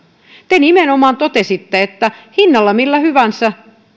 te nimenomaan totesitte että hinnalla millä hyvänsä